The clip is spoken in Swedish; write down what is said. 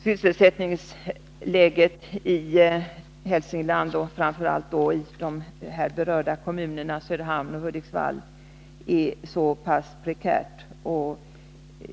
Sysselsättningsläget i Hälsingland och framför allt i de här berörda kommunerna, Söderhamn och Hudiksvall, är mycket prekärt.